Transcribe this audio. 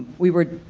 we were,